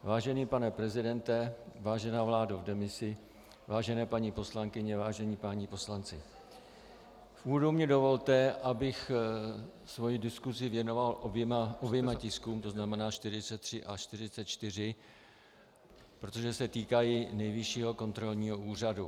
Vážený pane prezidente, vážená vládo v demisi, vážené paní poslankyně, vážení páni poslanci, v úvodu mi dovolte, abych svoji diskusi věnoval oběma tiskům, to znamená 43 a 44, protože se týkají Nejvyššího kontrolního úřadu.